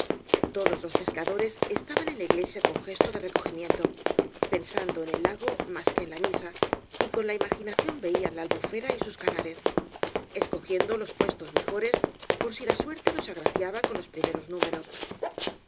todos los pescadores estaban en la iglesia con gesto de recogimiento pensando en el lago más que en la misa y con la imaginación veían la albufera y sus canales escogiendo los puestoi v blasoo ibáñbz mejores por si la suerte los agraciaba con los primeros lúmeros